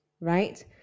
right